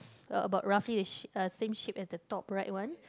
uh about roughly the shape same shape as the top right one